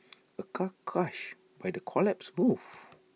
A car crushed by the collapsed roof